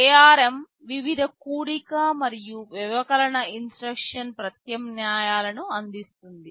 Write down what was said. ARM వివిధ కూడిక మరియు వ్యవకలన ఇన్స్ట్రక్షన్ ప్రత్యామ్నాయాలను అందిస్తుంది